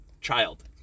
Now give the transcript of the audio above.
child